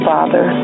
Father